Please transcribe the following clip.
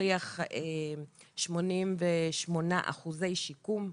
הוכיח 88% שיקום,